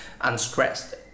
unstressed